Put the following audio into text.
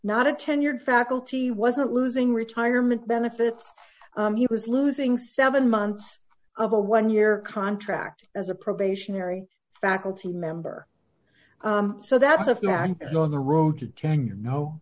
not a tenured faculty wasn't losing retirement benefits he was losing seven months of a one year contract as a probationary faculty member so that's a no on the road to tenure no